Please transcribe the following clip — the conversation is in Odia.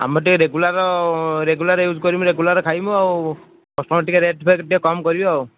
ଆମେ ଟିକେ ରେଗୁଲାର ରେଗୁଲାର ୟୁଜ୍ କରିବୁ ରେଗୁଲାର ଖାଇବୁ ଆଉ କଷ୍ଟମର୍ ଟିକେ ରେଟ୍ ଫେଟ୍ କମ୍ କରିବେ ଆଉ